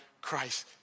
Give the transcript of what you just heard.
Christ